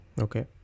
Okay